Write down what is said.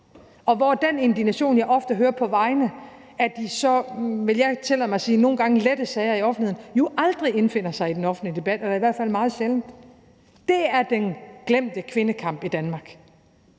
og hvor den indignation, jeg ofte hører på vegne af de så – vil jeg tillade mig at sige – nogle gange lette sager i offentligheden, jo aldrig indfinder sig i den offentlige debat eller i hvert fald meget sjældent, og det er den glemte kvindekamp i Danmark.